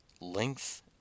length